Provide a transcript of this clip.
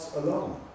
alone